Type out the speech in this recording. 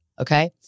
okay